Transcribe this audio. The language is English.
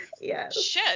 Yes